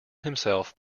himself